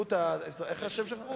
איך השם שלך?